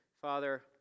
Father